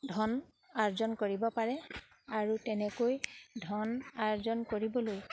ধন আৰ্জন কৰিব পাৰে আৰু তেনেকৈ ধন আৰ্জন কৰিবলৈ